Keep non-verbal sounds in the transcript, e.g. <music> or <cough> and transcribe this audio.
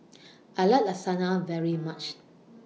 <noise> I like Lasagna very much